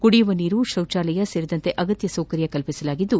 ಕುಡಿಯುವ ನೀರು ಶೌಚಾಲಯ ಸೇರಿದಂತೆ ಅಗತ್ಯ ಸೌಕರ್ಯ ಒದಗಿಸಲಾಗಿದ್ದು